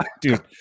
dude